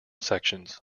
sections